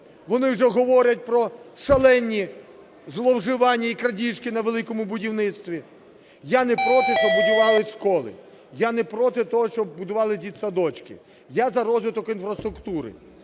вони вже говорять про шалені зловживання і крадіжки на "Великому будівництві". Я не проти, щоб будувались школи, я не проти, щоб будувалися дитсадочки, я за розвиток інфраструктури.